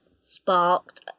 sparked